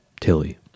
Tilly